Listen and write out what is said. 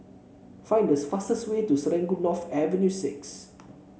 find this fastest way to Serangoon North Avenue Six